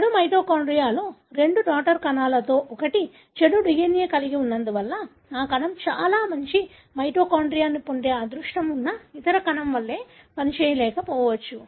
చెడు మైటోకాండ్రియాలో రెండు కూతురు కణాలలో ఒకటి చెడు DNA కలిగి ఉన్నందున ఆ కణం చాలా మంచి మైటోకాండ్రియాను పొందే అదృష్టం ఉన్న ఇతర కణం వలె పనిచేయక పోవచ్చు